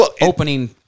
opening